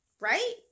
right